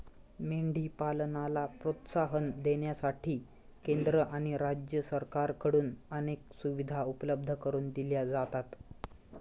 मेंढी पालनाला प्रोत्साहन देण्यासाठी केंद्र आणि राज्य सरकारकडून अनेक सुविधा उपलब्ध करून दिल्या जातात